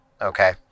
Okay